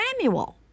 Samuel